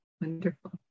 wonderful